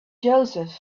joseph